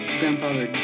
grandfather